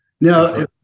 Now